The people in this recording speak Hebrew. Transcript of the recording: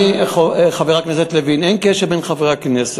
אני שואל אותך עכשיו: עוד שבוע אני יכול להיכנס?